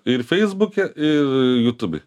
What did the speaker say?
ir feisbuke ir jutubėj